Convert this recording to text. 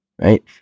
right